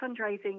fundraising